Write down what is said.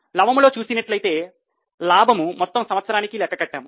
లవము లో చూసినట్లయితే లాభం మొత్తం సంవత్సరానికి లెక్క కట్టాము